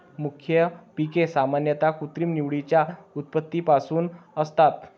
मुख्य पिके सामान्यतः कृत्रिम निवडीच्या उत्पत्तीपासून असतात